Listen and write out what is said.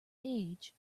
age